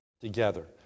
together